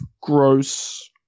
gross